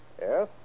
Yes